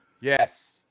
Yes